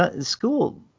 school